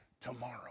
tomorrow